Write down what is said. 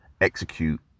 execute